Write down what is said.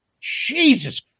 jesus